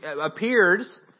appears